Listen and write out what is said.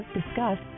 discuss